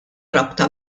rabta